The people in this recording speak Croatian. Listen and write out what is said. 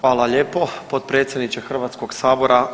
Hvala lijepo potpredsjedniče Hrvatskog sabora.